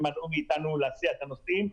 ומנעו מאתנו להסיע את הנוסעים.